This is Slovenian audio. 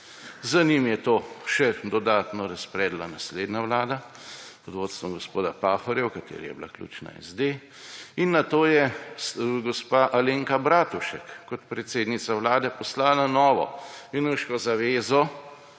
Za njim je to še dodatno razpredla naslednja vlada pod vodstvom gospoda Pahorja, v kateri je bila ključna SD. In nato je gospa Alenka Bratušek kot predsednica Vlade poslala novo /